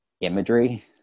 imagery